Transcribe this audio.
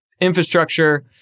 infrastructure